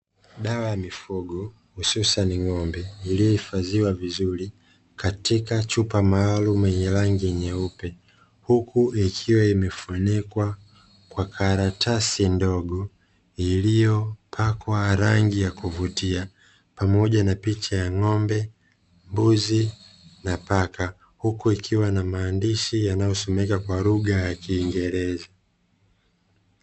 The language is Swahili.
Dawa ya mifugo hususani ng'ombe iliyohifadhiwa vizuri katika chupa maalumu yenye rangi nyeupe, huku ikiwa imefunikwa kwa karatasi ndogo iliyopakwa rangi ya kuvutia pamoja na picha ya ng'ombe, mbuzi na paka huku ikiwa na maandishi yanayotumika kwa lugha ya kiingereza.